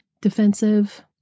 defensive